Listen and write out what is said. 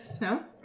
no